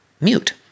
mute